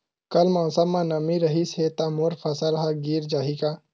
कल मौसम म नमी रहिस हे त मोर फसल ह गिर जाही का?